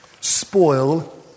spoil